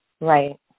Right